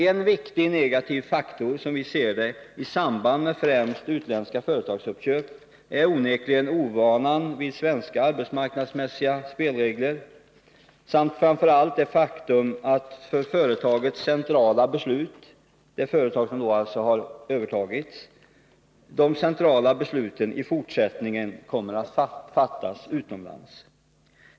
En viktig negativ faktor, som vi ser det, i samband med främst utländska företags uppköp är onekligen ovanan vid svenska arbetsmarknadsmässiga spelregler samt framför allt det faktum att de centrala besluten för företaget — dvs. det företag som har övertagits — i fortsättningen kommer att fattas utomlands.